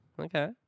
okay